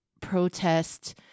protest